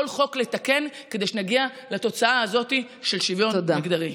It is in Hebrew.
כל חוק לתקן כדי שנגיע לתוצאה הזאת של שוויון מגדרי.